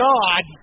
God